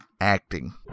acting